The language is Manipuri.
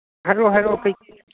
ꯍꯥꯏꯔꯛꯑꯣ ꯍꯥꯏꯔꯛꯑꯣ ꯀꯔꯤ